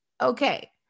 Okay